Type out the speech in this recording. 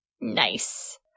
Nice